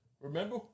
Remember